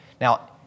now